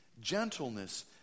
gentleness